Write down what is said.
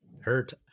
hurt